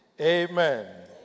Amen